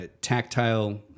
tactile